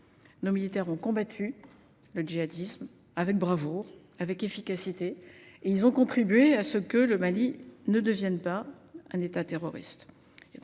Nos militaires ont combattu le djihadisme avec bravoure, et ils ont contribué à éviter que le Mali ne devienne un État terroriste.